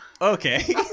Okay